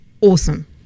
awesome